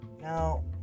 Now